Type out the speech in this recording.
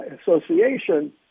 association